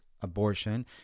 abortion